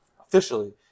officially